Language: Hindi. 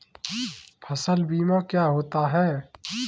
फसल बीमा क्या होता है?